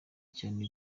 cyane